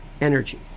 energy